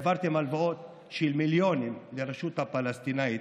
העברתם הלוואה של מיליונים לרשות הפלסטינית